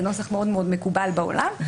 זה נוסח מאוד מאוד מקובל בעולם.